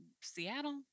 Seattle